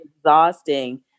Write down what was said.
exhausting